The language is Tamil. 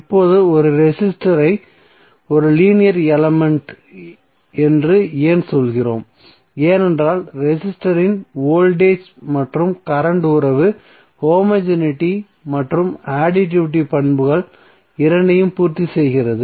இப்போது ஒரு ரெசிஸ்டர் ஐ ஒரு லீனியர் எலமென்ட் என்று ஏன் சொல்கிறோம் ஏனென்றால் ரெசிஸ்டரின் வோல்டேஜ் மற்றும் கரண்ட் உறவு ஹோமோஜெனிட்டி மற்றும் அடிட்டிவிட்டி பண்புகள் இரண்டையும் பூர்த்தி செய்கிறது